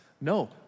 No